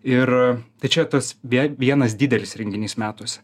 ir tai čia tas vie vienas didelis renginys metuose